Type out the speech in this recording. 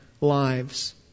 lives